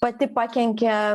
pati pakenkė